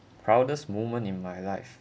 proudest moment in my life